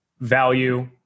value